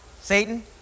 Satan